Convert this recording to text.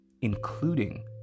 including